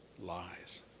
lies